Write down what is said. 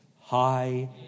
high